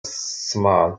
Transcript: small